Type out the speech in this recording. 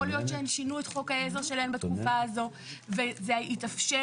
יכול להיות שהן שינו את חוק העזר שלהן בתקופה הזאת וזה התאפשר.